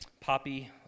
Poppy